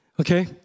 Okay